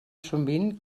sovint